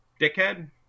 Dickhead